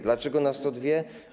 Dlaczego na 102?